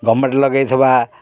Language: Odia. ଗଭର୍ନମେଣ୍ଟ ଲଗାଇଥିବା